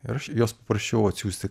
ir aš jos prašiau atsiųsti